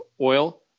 oil